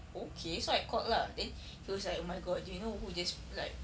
okay so I called lah then he was like oh my god do you know who just like